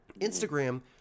Instagram